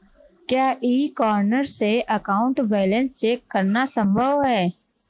क्या e corner से account balance check करना संभव है?